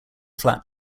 flat